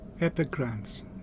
epigrams